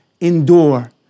endure